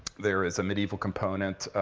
there is a medieval component.